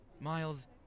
Miles